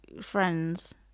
friends